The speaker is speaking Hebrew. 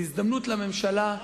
זו הזדמנות לממשלה,